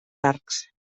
arcs